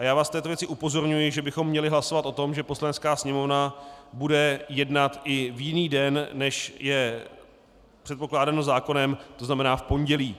Já vás v této věci upozorňuji, že bychom měli hlasovat o tom, že Poslanecká sněmovna bude jednat i v jiný den, než je předpokládáno zákonem, to znamená v pondělí.